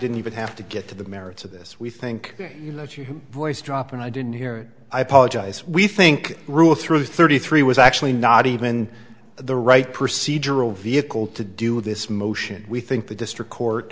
didn't even have to get to the merits of this we think that your voice dropped and i didn't hear i apologize we think rule through thirty three was actually not even the right procedural vehicle to do this motion we think the district court